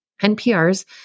NPR's